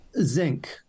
Zinc